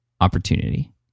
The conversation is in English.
opportunity